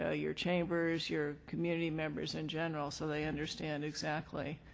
ah your chambers, your community members in general so they understand exactly,